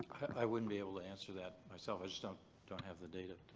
i wouldn't be able to answer that myself. i just don't don't have the data